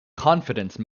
confidence